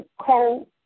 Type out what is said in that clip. cold